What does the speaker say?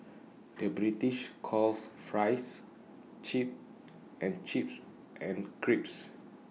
the British calls Fries Chips and chips and crisps